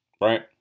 right